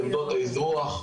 עמדות האזרוח,